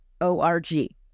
O-R-G